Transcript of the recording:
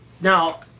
Now